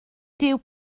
dyw